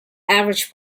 average